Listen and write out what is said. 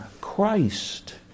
Christ